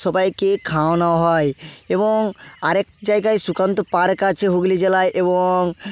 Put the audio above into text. সবাইকে খাওয়ানো হয় এবং আর এক জায়গায় সুকান্ত পার্ক আছে হুগলি জেলায় এবং